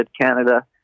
Canada